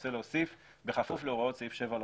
רוצה להוסיף "בכפוף להוראות סעיף 7 לחוק".